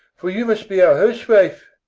for you must be our huswife.